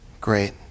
great